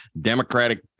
Democratic